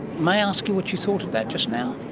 may i ask you what you thought of that just now?